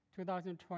2020